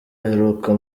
aheruka